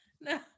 no